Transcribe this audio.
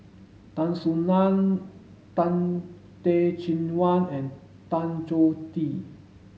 Tan Soo Nan Tan Teh Cheang Wan and Tan Choh Tee